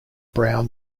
brown